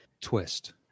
twist